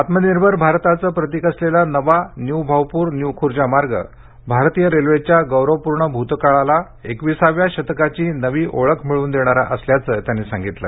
आत्मनिर्भर भारताचं प्रतीक असलेला नवा न्यू भाऊपूर न्यू खूर्जा मार्ग भारतीय रेल्वेच्या गौरवपूर्ण भूतकाळाला एकविसाव्या शतकाची नवी ओळख मिळवून देणारा असल्याचं त्यांनी सांगितलं